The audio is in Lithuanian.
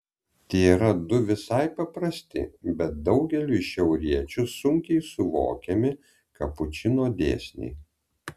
tėra du visai paprasti bet daugeliui šiauriečių sunkiai suvokiami kapučino dėsniai